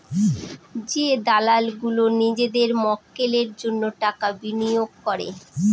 যে দালাল গুলো নিজেদের মক্কেলের জন্য টাকা বিনিয়োগ করে